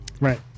Right